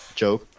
joke